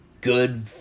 good